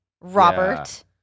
Robert